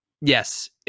Yes